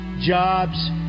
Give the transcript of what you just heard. jobs